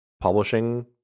publishing